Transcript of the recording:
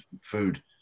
food